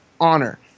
honor